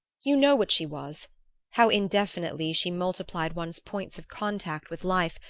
you know what she was how indefinitely she multiplied one's points of contact with life,